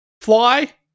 Fly